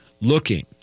looking